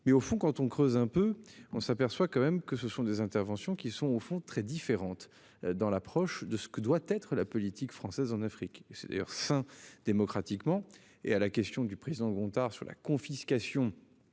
mais au fond quand on creuse un peu, on s'aperçoit quand même que ce sont des interventions qui sont au fond très différente dans l'approche de ce que doit être la politique française en Afrique, c'est d'ailleurs enfin démocratiquement et à la question du président Gontard sur la confiscation.